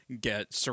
get